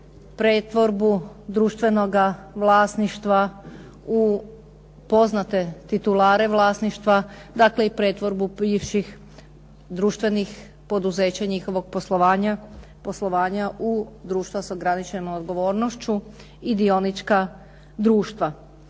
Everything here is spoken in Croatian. pretvorbu društvenoga vlasništva u poznate titulare vlasništva. Dakle, i pretvorbu bivših društvenih poduzeća i njihovog poslovanja u društva s ograničenom odgovornošću i dionička društva.